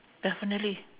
definitely